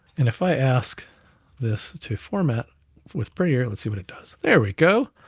and if i ask this to format with prayer, let's see what it does. there we go.